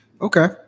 Okay